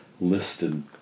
listed